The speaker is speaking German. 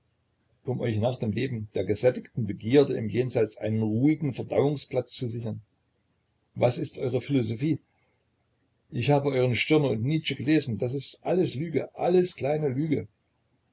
um euch nach dem leben der gesättigten begierden im jenseits einen ruhigen verdauungsplatz zu sichern was ist eure philosophie ich habe euren stirner und nietzsche gelesen das ist alles lüge alles kleine lüge